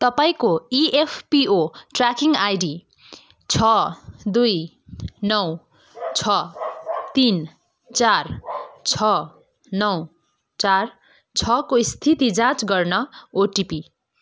तपाईँँको EPFO tracking ID छ दुई नौ छ तिन चार छ नौ चार छको स्थिति जाँच गर्न ओटिपी